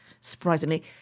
surprisingly